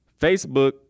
Facebook